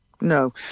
no